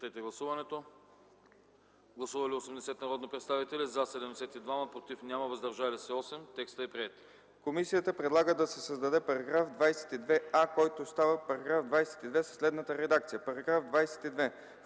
Комисията предлага да се създаде § 22а, който става § 22, със следната редакция: